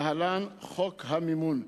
להלן: חוק המימון,